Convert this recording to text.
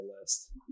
list